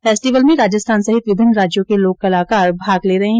festival में राजस्थान सहित विभिन्न राज्यों के लोक कलाकार भाग ले रहे है